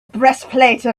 breastplate